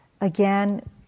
Again